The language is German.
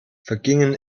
vergingen